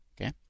okay